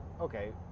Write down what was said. okay